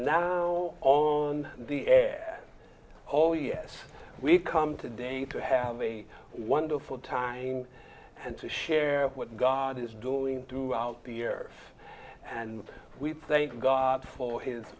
now on the air oh yes we come today to have a wonderful time and to share what god is doing throughout the year and we thank god for his